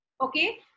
Okay